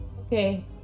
Okay